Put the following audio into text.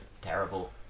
terrible